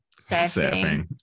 Surfing